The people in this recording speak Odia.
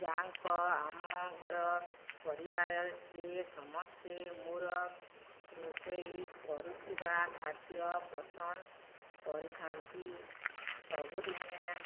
ଯାହାଙ୍କ ଆମ ଘର ପରିବାରରେ ସମସ୍ତେ ମୋର ରୋଷେଇ କରୁଥିବା ଖାଦ୍ୟ ପସନ୍ଦ କରିଥାନ୍ତି ସବୁଦିନ